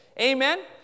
Amen